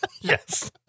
Yes